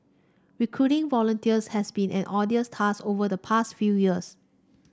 recruiting volunteers has been an arduous task over the past few years